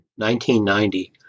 1990